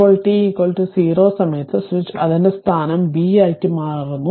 ഇപ്പോൾ t 0 സമയത്ത് switch അതിന്റെ സ്ഥാനം B ആയി മാറ്റുന്നു